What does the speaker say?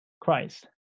Christ